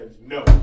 no